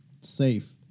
safe